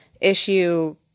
issue